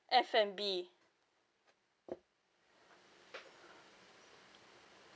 F&B